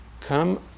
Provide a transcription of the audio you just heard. Come